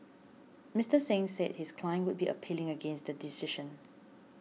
Mister Singh said his client would be appealing against the decision